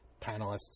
panelists